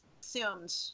assumed